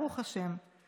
ברוך השם.